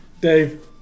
Dave